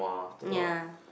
ya